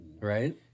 Right